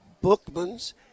Bookman's